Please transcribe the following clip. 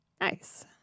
Nice